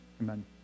Amen